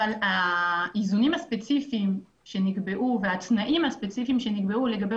האיזונים הספציפיים והתנאים הספציפיים שנקבעו לגבי